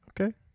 Okay